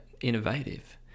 innovative